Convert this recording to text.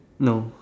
no